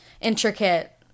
intricate